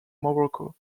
morocco